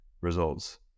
results